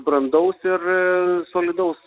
brandaus ir solidaus